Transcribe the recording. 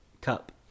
Cup